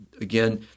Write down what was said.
Again